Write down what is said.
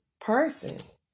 person